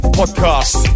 podcast